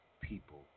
people